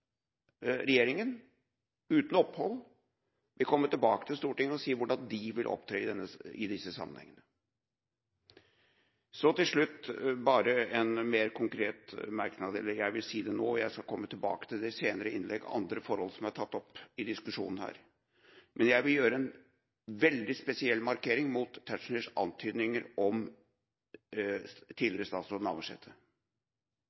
regjeringa uten opphold vil komme tilbake til Stortinget og si hvordan de vil opptre i denne sammenheng. Til slutt bare en mer konkret merknad – jeg skal i senere innlegg komme tilbake til andre forhold som er tatt opp i diskusjonen. Jeg vil komme med en veldig spesiell markering mot Tetzschners antydninger om